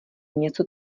něco